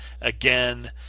again